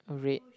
a red